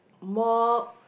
mop